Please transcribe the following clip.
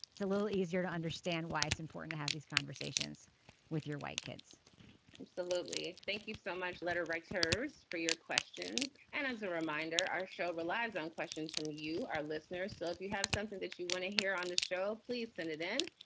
it's a little easier to understand why it's important to have these conversations with your white kids absolutely. thank you so much, letter writers, for your questions. and as a reminder, our show relies on questions from you, our listeners. so if you have something that you want to hear on this show, please send it in.